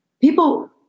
people